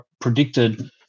predicted